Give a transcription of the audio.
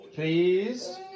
Please